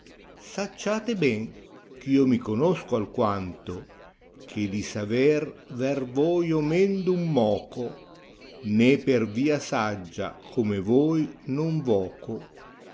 sacciate ben ch io mi conosco alquanto che di saver ver voi ho men d un moco né per via saggia come voi non voco cosi